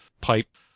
pipe